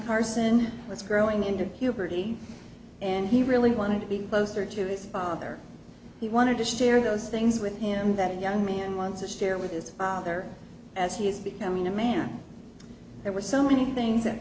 carson was growing into puberty and he really wanted to be closer to his father he wanted to share those things with him that young man wants to share with his father as he is becoming a man there were so many things